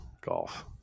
golf